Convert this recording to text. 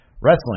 wrestling